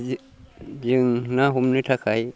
जों ना हमनो थाखाय